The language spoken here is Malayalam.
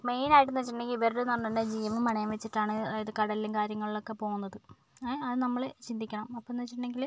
മെയിനായിട്ടെന്നു വെച്ചിട്ടുണ്ടെങ്കിൽ ഇവരുടേതെന്ന് പറഞ്ഞാൽ ജീവന് പണയം വെച്ചിട്ടാണ് കടലിലും കാര്യങ്ങളിലും ഒക്കെ പോകുന്നത് ഏഹ് അത് നമ്മള് ചിന്തിക്കണം അപ്പോന്ന് വെച്ചിട്ടുണ്ടെങ്കില്